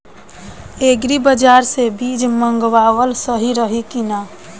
Agri बाज़ार से बीज मंगावल सही रही की ना?